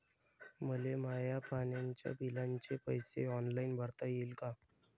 मले माया पाण्याच्या बिलाचे पैसे ऑनलाईन भरता येईन का?